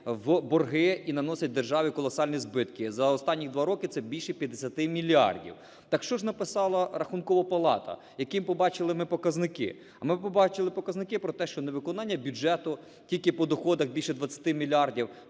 в борги і наносять державі колосальні збитки. За останніх 2 роки це більше 50 мільярдів. Так що ж написала Рахункова палата? Які побачили ми показники? А ми побачили показники про те, що невиконання бюджету, тільки по доходах – більше 20 мільярдів,